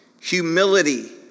humility